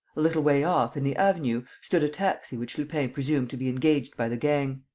a little way off, in the avenue, stood a taxi which lupin presumed to be engaged by the gang.